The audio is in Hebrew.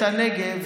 תתקדם,